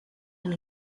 and